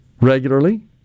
regularly